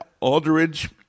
Aldridge